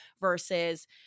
versus